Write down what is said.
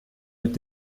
mit